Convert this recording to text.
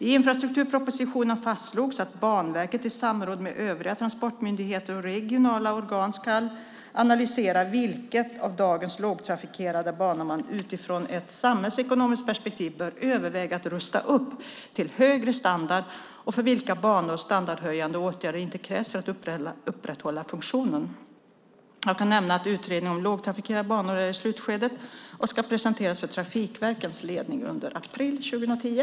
I infrastrukturpropositionen fastslogs att Banverket i samråd med övriga transportmyndigheter och regionala organ ska analysera vilka av dagens lågtrafikerade banor man utifrån ett samhällsekonomiskt perspektiv bör överväga att rusta upp till högre standard och för vilka banor standardhöjande åtgärder inte krävs för att upprätthålla funktionen. Jag kan nämna att utredningen om lågtrafikerade banor är i slutskedet och ska presenteras för trafikverkens ledning under april 2010.